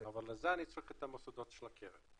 אבל לזה אני צריך את המוסדות של הקרן.